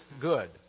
good